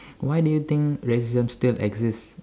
why do you think racism still exists